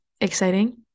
exciting